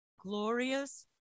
Glorious